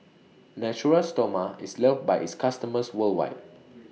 Natura Stoma IS loved By its customers worldwide